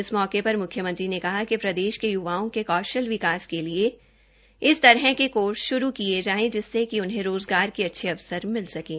इस मौके पर मुख्यमंत्री ने कहा कि प्रदेश के य्वाओं के कौशल विकास के लिए इस तरह के कोर्स श्रू किए जाएं जिससे कि उन्हें रोजगार के अच्छे अवसर मिल सकें